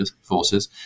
forces